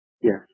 Yes